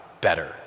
better